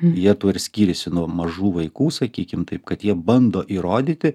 jie tuo ir skyriasi nuo mažų vaikų sakykim taip kad jie bando įrodyti